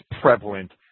prevalent